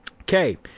Okay